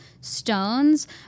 stones